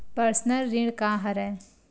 Personal ऋण का हरय?